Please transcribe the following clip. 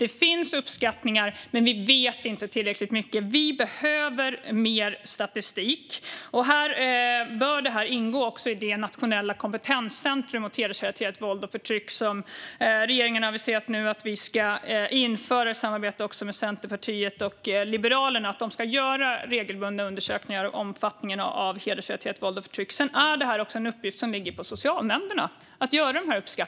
Det finns uppskattningar, men vi vet inte tillräckligt mycket. Vi behöver mer statistik. Regeringen har i samarbete med Centerpartiet och Liberalerna aviserat ett nationellt kompetenscentrum mot hedersrelaterat våld och förtryck, och i deras arbete bör ingå att göra regelbundna undersökningar av omfattningen av hedersrelaterat våld och förtryck. Att göra sådana uppskattningar är också en uppgift som ligger på socialnämnderna.